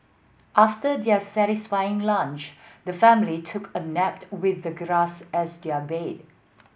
after their satisfying lunch the family took a nap with the grass as their bed